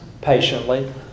patiently